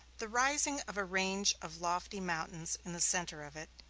the rising of a range of lofty mountains in the center of it,